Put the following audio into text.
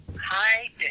hi